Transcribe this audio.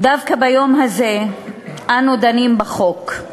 דווקא ביום הזה אנו דנים בחוק.